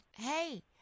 hey